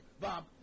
bob